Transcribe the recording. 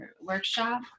workshop